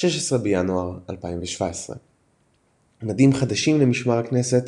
16 בינואר 2017. מדים חדשים למשמר הכנסת,